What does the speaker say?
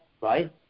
Right